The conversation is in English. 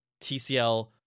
TCL